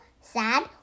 sad